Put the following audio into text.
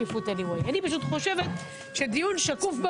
אין את זה,